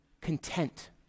content